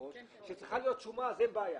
שצריכה להיות שומה, אין בעיה.